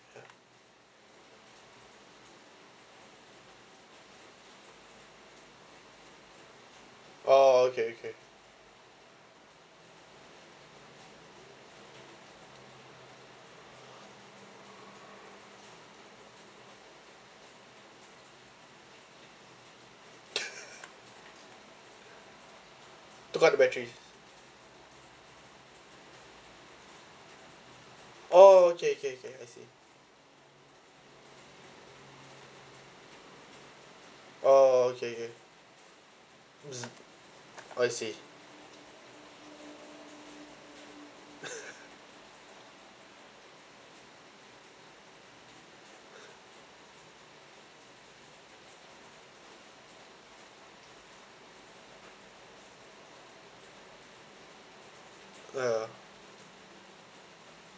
oh okay okay tukar the battery oh okay okay okay I see oh okay okay I see !aiya!